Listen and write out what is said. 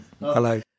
Hello